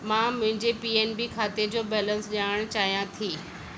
मां मुंहिंजे P N B खाते जो बैलेंसु ॼाणणु चाहियां थी